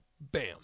Bam